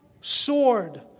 sword